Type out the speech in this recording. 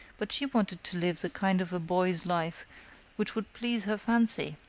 but she wanted to live the kind of a boy's life which would please her fancy,